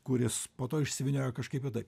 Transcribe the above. kuris po to išsivynioja kažkaip kitaip